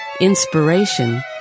inspiration